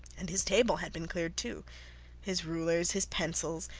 and his table had been cleared, too his rulers, his pencils,